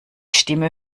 stimme